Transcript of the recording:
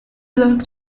worked